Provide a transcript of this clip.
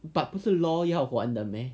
but 不是 law 要还的 meh